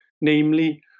namely